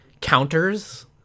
counters